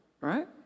Right